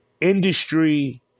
industry